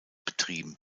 betrieben